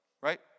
right